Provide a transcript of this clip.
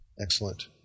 Excellent